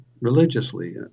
religiously